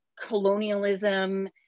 colonialism